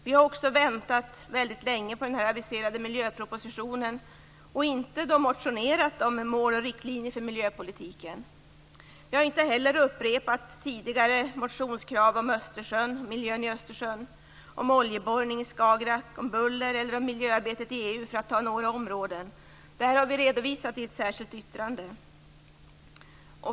Vi har också väntat väldigt länge på den aviserade miljöpropositionen och därför inte motionerat om mål och riktlinjer för miljöpolitiken. Vi har inte heller upprepat tidigare motionskrav om miljön i Östersjön, om oljeborrning i Skagerrak, om buller eller miljöarbetet i EU, för att nämna några områden. Detta har vi redovisat i ett särskilt yttrande.